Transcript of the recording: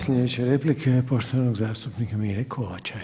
Sljedeća replika je poštovanog zastupnika Mire Kovača.